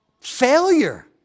failure